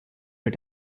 her